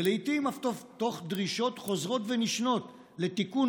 ולעיתים אף תוך דרישות חוזרות ונשנות לתיקון